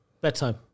bedtime